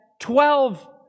Twelve